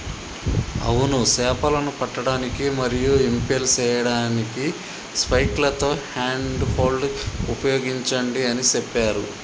అవును సేపలను పట్టడానికి మరియు ఇంపెల్ సేయడానికి స్పైక్లతో హ్యాండ్ హోల్డ్ ఉపయోగించండి అని సెప్పారు